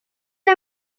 est